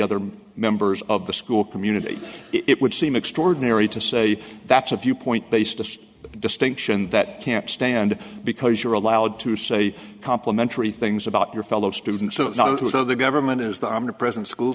other members of the school community it would seem extraordinary to say that's a viewpoint based distinction that can't stand because you're allowed to say complimentary things about your fellow students so that it was out of the government is the omnipresent school